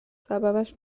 سببش